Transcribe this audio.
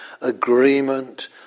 agreement